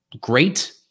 great